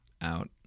out